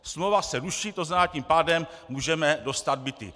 Smlouva se ruší, to znamená, tím pádem můžeme dostat byty.